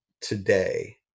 today